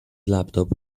laptop